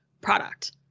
product